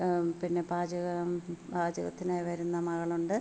പിന്നെ പാചകം പാചകത്തിനായ് വരുന്ന മകളുണ്ട്